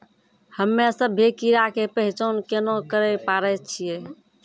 हम्मे सभ्भे कीड़ा के पहचान केना करे पाड़ै छियै?